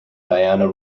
diana